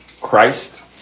Christ